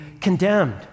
condemned